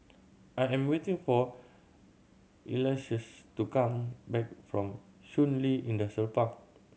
I am waiting for to come back from Shun Li Industrial Park